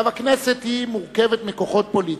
הכנסת מורכבת מכוחות פוליטיים.